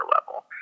level